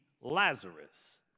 Lazarus